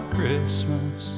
Christmas